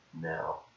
now